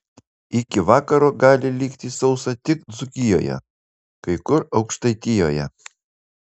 iki vakaro gali likti sausa tik dzūkijoje kai kur aukštaitijoje